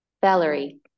Valerie